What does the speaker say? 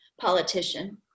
politician